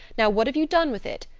now, what have you done with it?